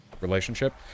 relationship